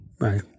right